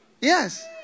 Yes